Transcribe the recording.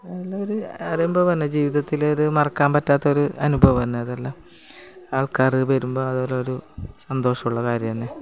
നല്ലൊരു അനുഭവം തന്നെ ജീവിതത്തിൽ ഒരു മറക്കാൻ പറ്റാത്തൊരു അനുഭവം തന്നെ അതെല്ലാം ആൾക്കാർ വരുമ്പോൾ അതൊരൊരു സന്തോഷമുള്ള കാര്യം തന്നെ